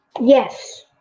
Yes